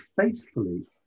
faithfully